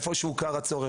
לקיה,